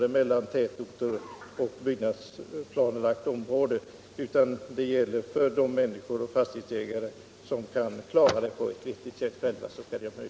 Det förhållande som herr Jonasson tog upp senast, nämligen att hälsovårdsnämnderna har möjlighet att bevilja dispens så att fastighetsägare får destruera sitt avfall själva, ingick i det riksdagsbeslut som fattades 1974.